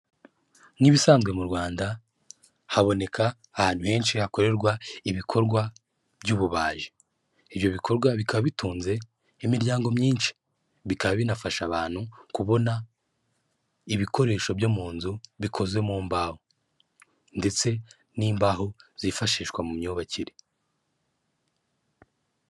Nk'ibisanzwe mu Rwanda haboneka ahantu henshi hakorerwa ibikorwa by'ububaji, ibyo bikorwa bikaba bitunze imiryango myinshi bikaba binafasha abantu kubona ibikoresho byo mu nzu bikoze mu mbaho ndetse n'imbaho zifashishwa mu myubakire.